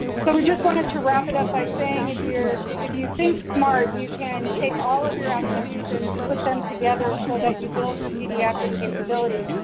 so we just wanted to wrap it up by saying if you're if you think smart you can take all of your activities and put them together so that you build your pediatric capabilities.